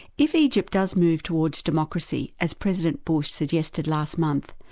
if egypt does move towards democracy, as president bush suggested last month,